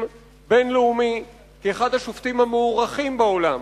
בין-לאומי כאחד השופטים המוערכים בעולם.